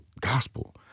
gospel